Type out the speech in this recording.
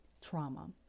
trauma